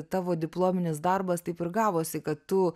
tavo diplominis darbas taip ir gavosi kad tu